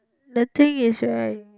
the thing is right